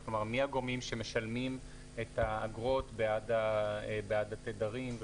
מי הגורמים שמשלמים את האגרות בעד התדרים?